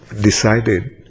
decided